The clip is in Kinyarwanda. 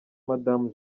madamu